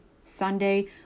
Sunday